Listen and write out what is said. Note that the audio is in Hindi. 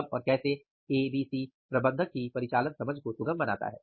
कब और कैसे A B C प्रबंधक की पारिचालन समझ को सुगम बनाता है